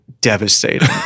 devastating